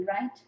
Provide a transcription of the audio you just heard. right